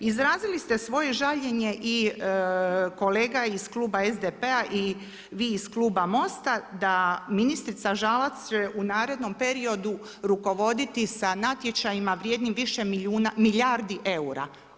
Izrazili ste svoje žaljenje i kolega iz Kluba SDP-a i vi iz Kluba Mosta, da ministrica Žalac će u narednom periodu će rukovoditi sa natječajima vrijednim više milijuna, milijardi eura.